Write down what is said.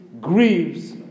grieves